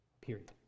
Period